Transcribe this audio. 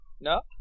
No